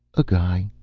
a guy.